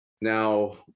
now